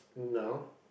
no